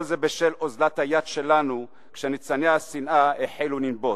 כל זה בשל אוזלת היד שלנו כשניצני השנאה החלו לנבוט.